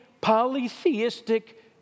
polytheistic